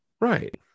right